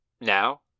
now